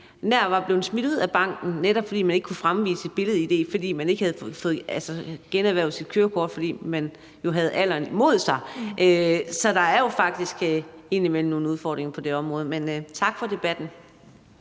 nær var blevet smidt ud af banken, netop fordi man ikke kunne fremvise et billed-id, fordi man ikke havde fået generhvervet sit kørekort, fordi man jo havde alderen imod sig. Så der er jo faktisk indimellem nogle udfordringer på det område. Men tak for debatten.